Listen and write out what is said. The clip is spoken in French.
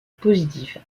positif